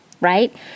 right